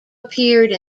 appeared